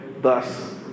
thus